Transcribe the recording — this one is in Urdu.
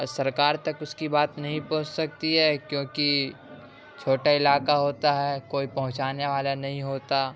سرکار تک اس کی بات نہیں پہنچ سکتی ہے کیونکہ چھوٹا علاقہ ہوتا ہے کوئی پہنچانے والا نہیں ہوتا